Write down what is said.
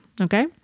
okay